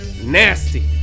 Nasty